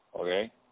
okay